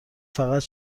فقط